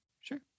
Sure